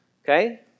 Okay